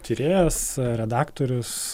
tyrėjas redaktorius